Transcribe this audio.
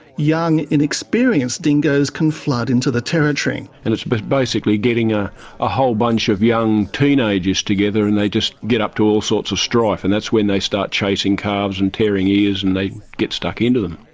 young inexperienced dingoes can flood into the territory. and it's but basically getting a ah whole bunch of young teenagers together and they just get up to all sorts of strife and that's when they start chasing calves and tearing ears and they get stuck into them.